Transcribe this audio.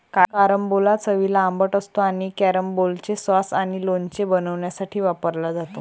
carambola चवीला आंबट असतो आणि कॅरंबोलाचे सॉस आणि लोणचे बनवण्यासाठी वापरला जातो